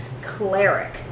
Cleric